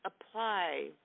apply